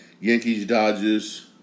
Yankees-Dodgers